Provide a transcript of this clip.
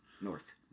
North